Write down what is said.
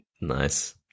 Nice